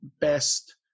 best